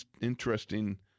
interesting